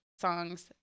songs